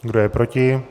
Kdo je proti?